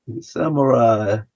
Samurai